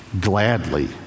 gladly